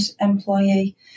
employee